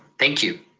thank you.